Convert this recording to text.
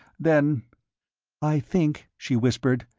then i think, she whispered,